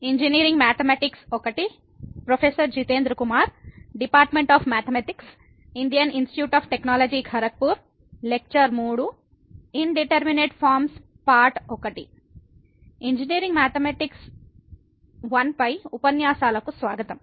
engineering mathematics 1 పై ఉపన్యాసాలకు స్వాగతం